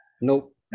Nope